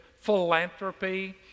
philanthropy